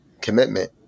commitment